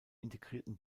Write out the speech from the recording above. integrierten